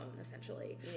essentially